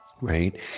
right